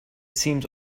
seems